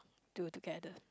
do together